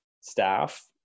staff